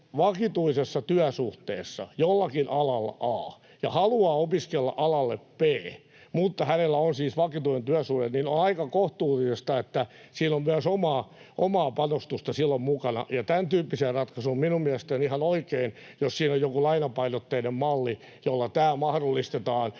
vakituisessa työsuhteessa jollakin alalla A ja haluaa opiskella alalle B, mutta hänellä on siis vakituinen työsuhde, niin on aivan kohtuullista, että siellä on myös omaa panostusta silloin mukana ja tämäntyyppisiä ratkaisuja. Minun mielestäni on ihan oikein, jos siinä on joku lainapainotteinen malli, jolla tämä mahdollistetaan,